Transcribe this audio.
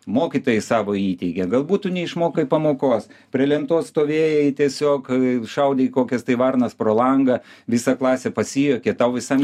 mokytojai savo įteigia galbūt tu neišmokai pamokos prie lentos stovėjai tiesiog šaudei kokias tai varnas pro langą visa klasė pasijuokė tau visam